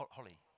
Holly